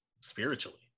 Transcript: spiritually